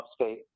Upstate